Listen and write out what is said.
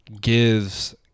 gives